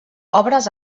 obres